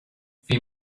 bhí